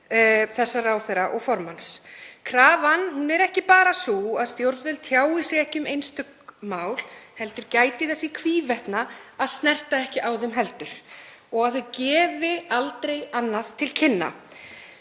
þessa ráðherra og formanns? Krafan er ekki bara sú að stjórnvöld tjái sig ekki um einstök mál heldur gæti þess í hvívetna að snerta ekki á þeim heldur og að þau gefi aldrei annað til kynna.